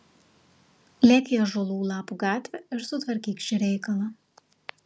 lėk į ąžuolų lapų gatvę ir sutvarkyk šį reikalą